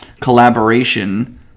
collaboration